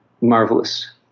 marvelous